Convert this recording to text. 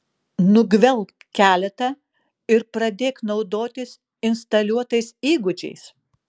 nugvelbk keletą ir pradėk naudotis instaliuotais įgūdžiais